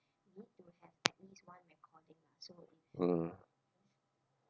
mm